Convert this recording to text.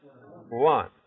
One